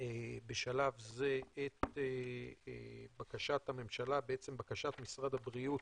בשלב זה את בקשת הממשלה, בעצם בקשת משרד הבריאות,